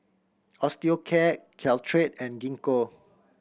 Osteocare Caltrate and Gingko